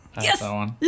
Yes